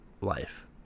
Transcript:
life